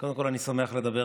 קודם כול אני שמח לדבר,